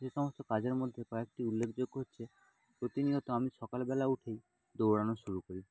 এ সমস্ত কাজের মধ্যে কয়েকটি উল্লেখযোগ্য হচ্ছে প্রতিনিয়ত আমি সকালবেলা উঠেই দৌড়ানো শুরু করি